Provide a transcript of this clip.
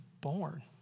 born